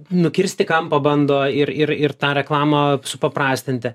nukirsti kampą bando ir ir ir tą reklamą supaprastinti